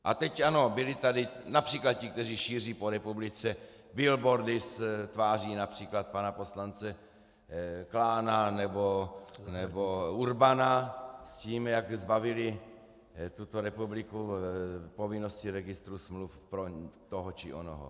A teď ano, byli tady např. ti, kteří šíří po republice billboardy s tváří např. pana poslance Klána nebo Urbana s tím, jak zbavili tuto republiku povinnosti registru smluv pro toho či onoho.